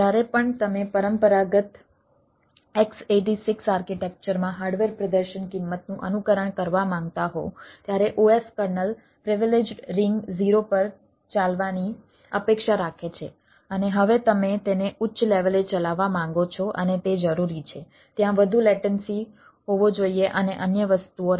જ્યારે પણ તમે પરંપરાગત x86 આર્કિટેક્ચરમાં હાર્ડવેર પ્રદર્શન કિંમતનું અનુકરણ કરવા માંગતા હો ત્યારે OS કર્નલ હોવો જોઈએ અને અન્ય વસ્તુઓ રમતમાં આવવી જોઈએ